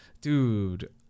Dude